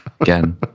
again